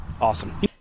Awesome